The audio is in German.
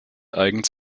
eigens